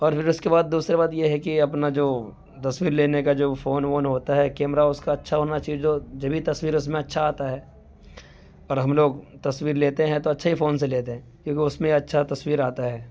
اور پھر اس کے بعد دوسری بات یہ ہے کہ اپنا جو تصویر لینے کا جو فون وون ہوتا ہے کیمرہ اس کا اچّھا ہونا چاہیے جو جبھی تصویر اس میں اچھا آتا ہے اور ہم لوگ تصویر لیتے ہیں تو اچّھے ہی فون سے لیتے ہیں کیونکہ اس میں اچّھا تصویر آتا ہے